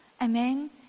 Amen